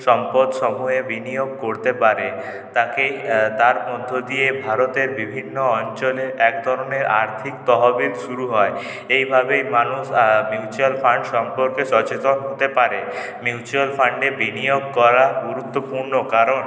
সম্পদ সমুহে বিনিয়োগ করতে পারে তাকে তার মধ্য দিয়ে ভারতের বিভিন্ন অঞ্চলের একধরনের আর্থিক তহবিল শুরু হয় এইভাবেই মানুষ মিউচুয়াল ফান্ড সম্পর্কে সচেতন হতে পারে মিউচুয়াল ফান্ডে বিনিয়োগ করা গুরুত্বপূর্ণ কারণ